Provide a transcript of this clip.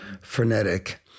frenetic